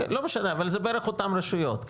לא משנה, זה בערך אותן רשויות.